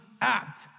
act